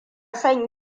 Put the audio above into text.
son